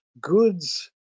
goods